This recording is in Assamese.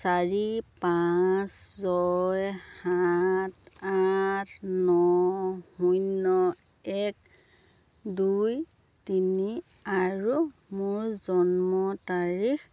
চাৰি পাঁচ ছয় সাত আঠ ন শূন্য এক দুই তিনি আৰু মোৰ জন্ম তাৰিখ